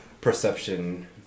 perception